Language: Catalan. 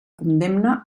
condemna